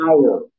power